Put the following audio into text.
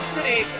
City